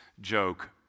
Joke